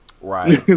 right